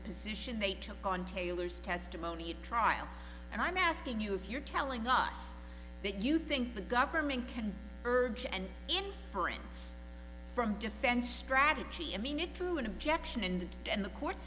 position they took on taylor's testimony at trial and i'm asking you if you're telling us that you think the government can urge and any friends from defense strategy amine it through an objection and then the court